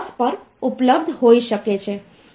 તેથી આપણે એ કરવાનું છે કે તે જ વસ્તુ 557 ને 16 વડે ભાગ્યા